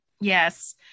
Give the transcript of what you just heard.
Yes